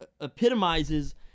epitomizes